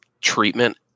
treatment